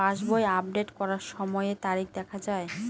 পাসবই update করার সময়ে তারিখ দেখা য়ায়?